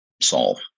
solve